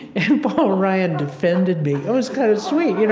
and paul ryan defended me. it was kind of sweet you know